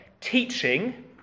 teaching